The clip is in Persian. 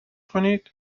کنید